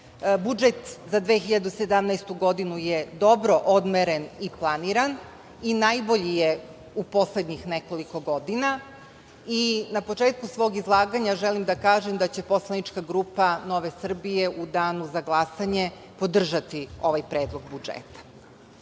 Budžet za 2017. godinu je dobro odmeren i planiran i najbolji je u poslednjih nekoliko godina. Na početku svog izlaganja želim da kažem da će poslanička grupa Nove Srbije u danu za glasanje podržati ovaj predlog budžeta. Znamo